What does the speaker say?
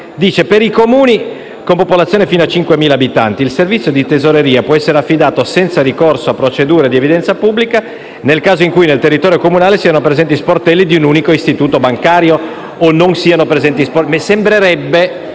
che «per i comuni con popolazione fino a 5.000 abitanti, il servizio di tesoreria può essere affidato senza ricorso a procedure di evidenza pubblica nel caso in cui nel territorio comunale siano presenti sportelli di un unico istituto bancario o non siano presenti sportelli».